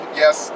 yes